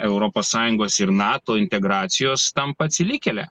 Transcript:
europos sąjungos ir nato integracijos tampa atsilikėle